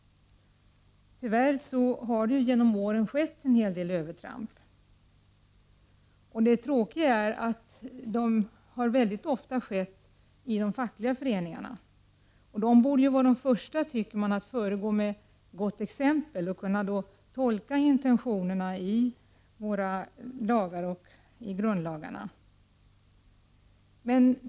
Tyvärr har genom åren en hel del övertramp skett. Det tråkiga är att dessa mycket ofta har skett i de fackliga föreningarna. De borde ju, tycker man, vara de första att föregå med gott exempel och kunna tolka intentionerna i våra lagar och i grundlagarna.